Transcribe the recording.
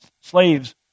slaves